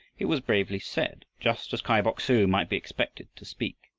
it was bravely said, just as kai bok-su might be expected to speak,